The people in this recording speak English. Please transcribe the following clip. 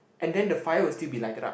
and then the fire will still be lighted up